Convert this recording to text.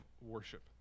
worship